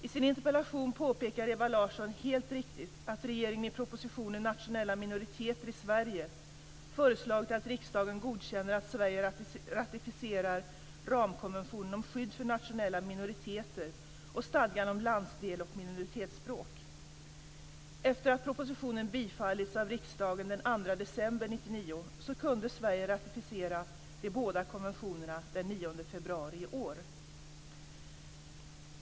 I sin interpellation påpekar Ewa Larsson helt riktigt att regeringen i propositionen Nationella minoriteter i Sverige föreslagit att riksdagen godkänner att Sverige ratificerar ramkonventionen om skydd för nationella minoriteter och stadgan om landsdels och minoritetsspråk. Efter det att propositionen bifallits av riksdagen den 2 december 1999 kunde Sverige ratificera de båda konventionerna den 9 februari i år.